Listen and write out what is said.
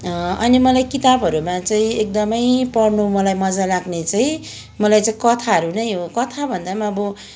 अनि मलाई किताबहरूमा चाहिँ एकदमै पढ्नु मलाई मज्जा लाग्ने चाहिँ मलाई चाहिँ कथाहरू नै हो कथा भन्दा पनि अब